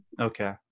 Okay